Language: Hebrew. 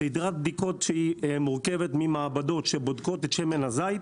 סדרת בדיקות שמורכבת ממעבדות שבודקות את שמן הזית,